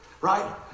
right